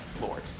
Lord